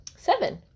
Seven